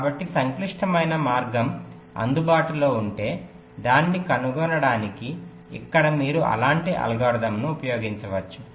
కాబట్టి సంక్లిష్టమైన మార్గం అందుబాటులో ఉంటే దాన్ని కనుగొనడానికి ఇక్కడ మీరు అలాంటి అల్గోరిథంను ఉపయోగించవచ్చు